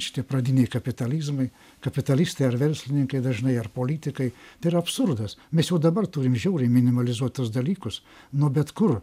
šitie pradiniai kapitalizmai kapitalistai ar verslininkai dažnai ar politikai tai yra absurdas mes jau dabar turim žiauriai minimalizuot tuos dalykus nuo bet kur